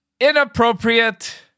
inappropriate